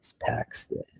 paxton